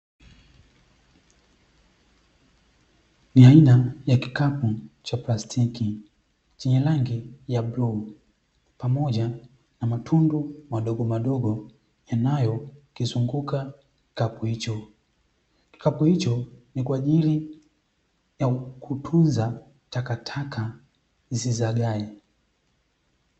Ni aina ya kikapu cha plastiki chenye rangi ya bluu, pamoja na matundu madogomadogo yanayo kizunguka kikapu hicho. Kikapu hicho ni kwa ajili ya kutunza takataka zisizagae.